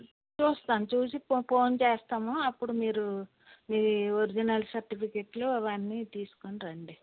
చూస్తాను చూసి పో ఫోన్ చెప్తాము అప్పుడు మీరు మీ ఒరిజినల్స్ సర్టిఫికేట్లు అవన్నీ తీసుకుని రండి